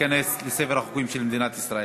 תיכנס לספר החוקים של מדינת ישראל.